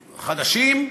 חדשים,